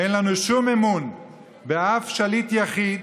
אין לנו שום אמון באף שליט יחיד,